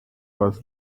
was